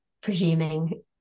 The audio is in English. presuming